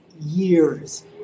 years